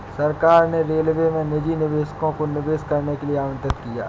सरकार ने रेलवे में निजी निवेशकों को निवेश करने के लिए आमंत्रित किया